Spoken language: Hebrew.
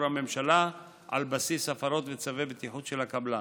הממשלה על בסיס הפרות וצווי בטיחות של הקבלן.